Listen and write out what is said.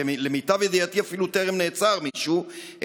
ולמיטב ידיעתי אפילו טרם נעצר מישהו,